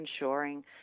ensuring